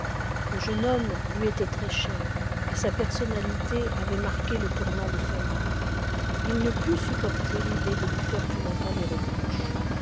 le jeune homme lui était très cher et sa personnalité avait marqué le tournant de son art il ne put supporter l'idée de lui faire plus longtemps des reproches